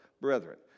brethren